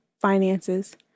finances